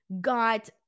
got